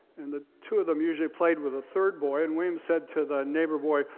and the two of them usually played with a third boy, and william said to the neighbor boy,